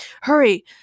Hurry